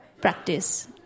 practice